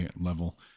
level